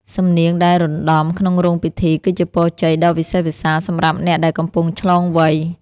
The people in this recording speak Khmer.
សំនៀងដែលរណ្ដំក្នុងរោងពិធី គឺជាពរជ័យដ៏វិសេសវិសាលសម្រាប់អ្នកដែលកំពុងឆ្លងវ័យ។